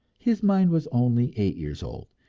his mind was only eight years old,